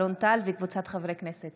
אלון טל וקבוצת חברי הכנסת.